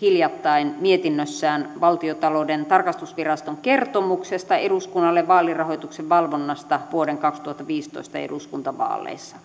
hiljattain mietinnössään valtiontalouden tarkastusviraston kertomuksesta eduskunnalle vaalirahoituksen valvonnasta vuoden kaksituhattaviisitoista eduskuntavaaleissa